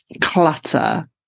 clutter